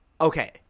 Okay